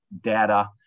data